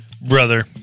Brother